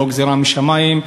זה לא גזירה משמים,